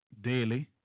daily